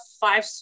five